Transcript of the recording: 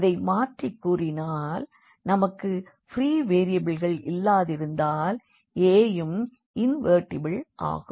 அதை மாற்றிக் கூறினால் நமக்கு ப்ரீ வேரியபிள்கள் இல்லாதிருந்தால் A வும் இன்வெர்டிபிள் ஆகும்